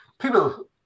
people